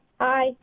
Hi